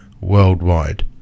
worldwide